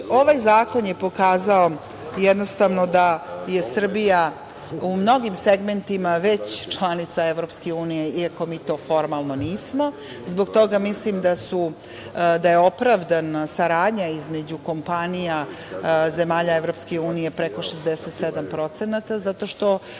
ovaj zakon je pokazao, jednostavno, da je Srbija u mnogim segmentima već članica EU, iako mi to formalno nismo. Zbog toga mislim da je opravdana saradnja između kompanija zemalja EU preko 67%, zato što